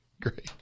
Great